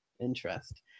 interest